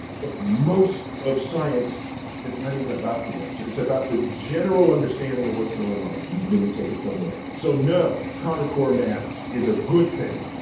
but most of science is not even about the answer, it's about the general understanding of what's going on, and then you take it from there. so no, common core math is a good thing.